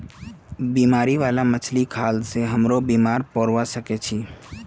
बीमारी बाला मछली खाल से हमरो बीमार पोरवा सके छि